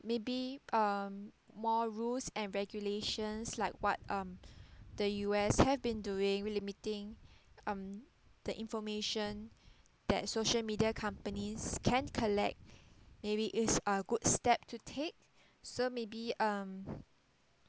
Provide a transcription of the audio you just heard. maybe um more rules and regulations like what um the U_S have been doing limiting um the information that social media companies can collect maybe is a good step to take so maybe um